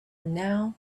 now